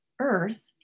Earth